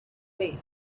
away